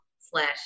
slash